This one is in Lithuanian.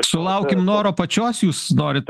sulaukim noro pačios jūs norit